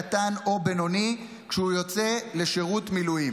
קטן או בינוני כשהוא יוצא לשירות מילואים.